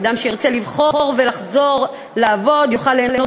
אדם שירצה לבחור ולחזור לעבוד יוכל ליהנות